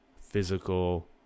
physical